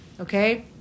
okay